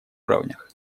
уровнях